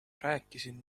rääkisin